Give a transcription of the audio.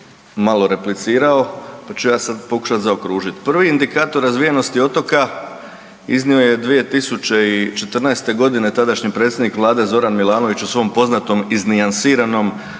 malo replicirao, pa ću ja sad pokušat zaokružit. Prvi indikator razvijenosti otoka iznio je 2014.g. tadašnji predsjednik vlade Zoran Milanović u svom poznatom iznijansiranom,